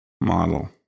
model